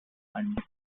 and